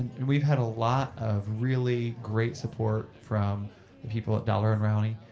and we've had a lot of really great support from people at daler and rowney.